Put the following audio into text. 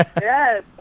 Yes